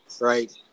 Right